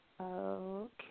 Okay